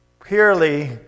Purely